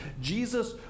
Jesus